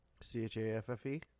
C-H-A-F-F-E